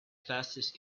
fastest